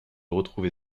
retrouver